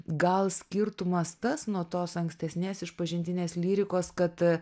gal skirtumas tas nuo tos ankstesnės išpažintinės lyrikos kad